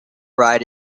ride